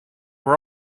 were